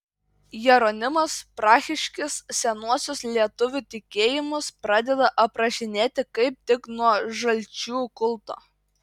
jeronimas prahiškis senuosius lietuvių tikėjimus pradeda aprašinėti kaip tik nuo žalčių kulto